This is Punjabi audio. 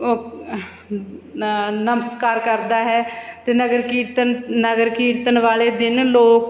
ਨ ਨਮਸਕਾਰ ਕਰਦਾ ਹੈ ਅਤੇ ਨਗਰ ਕੀਰਤਨ ਨਗਰ ਕੀਰਤਨ ਵਾਲੇ ਦਿਨ ਲੋਕ